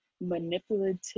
manipulative